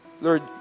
Lord